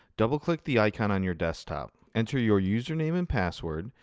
double-click the icon on your desktop, enter your username and password,